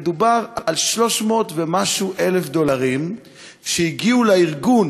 מדובר על 300,000 ומשהו דולרים שהגיעו לארגון,